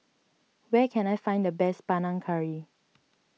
where can I find the best Panang Curry